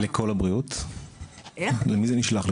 למי זה נשלח?